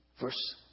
Verse